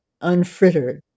unfrittered